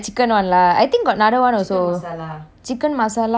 chicken masala got some more lah I think we should go and see